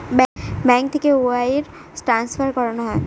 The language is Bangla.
ব্যাঙ্ক থেকে ওয়াইর ট্রান্সফার করানো হয়